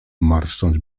marszcząc